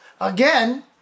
again